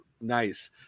nice